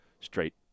straight